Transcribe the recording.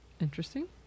interesting